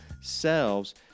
selves